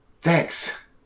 thanks